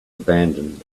abandoned